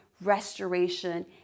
restoration